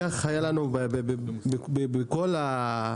כך היה לנו בכל הנושאים,